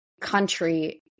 country